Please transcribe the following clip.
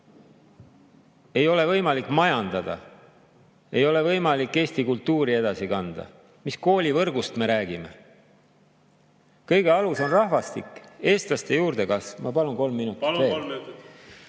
ei ole võimalik majandada, ei ole võimalik eesti kultuuri edasi kanda. Mis koolivõrgust me räägime? Kõige alus on rahvastik, eestlaste juurdekasv. Ma palun kolm minutit